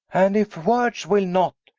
and if words will not,